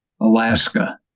Alaska